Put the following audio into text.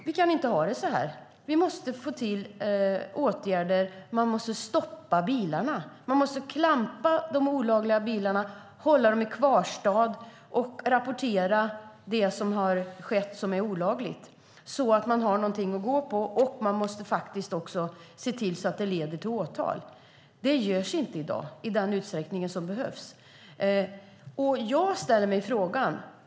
Vi kan inte ha det så här. Vi måste få till åtgärder. Man måste stoppa bilarna. Man måste "klampa" de olagliga bilarna, hålla dem i kvarstad och rapportera det som har skett som är olagligt så att man har någonting att gå på. Man måste också se till så att det leder till åtal. Detta görs inte i dag i den utsträckning som behövs. Jag ställer mig en fråga.